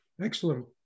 Excellent